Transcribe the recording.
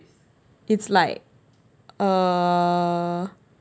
it's like err